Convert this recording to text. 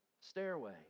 stairway